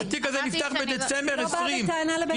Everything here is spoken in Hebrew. התיק הזה נפתח בדצמבר 2020,